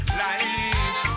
life